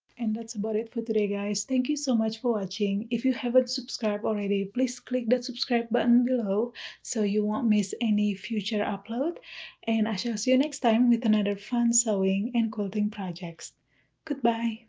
and that's about it for today guys thank you so much for watching if you haven't subscribed already please click the subscribe button below so you won't miss any future upload and i shall see you next time with another fun sewing and quilting projects goodbye!